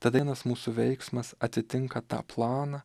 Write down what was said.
tada vienas mūsų veiksmas atitinka tą planą